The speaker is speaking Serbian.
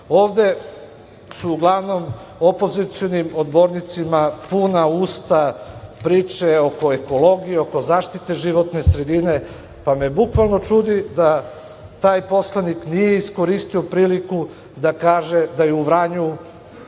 su uglavnom opozicionim odbornicima puna usta priče oko ekologije, oko zaštite životne sredine, pa me bukvalno čudi da taj poslanik nije iskoristio priliku da kaže da se u Vranju